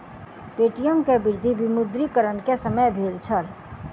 Paytm के वृद्धि विमुद्रीकरण के समय भेल छल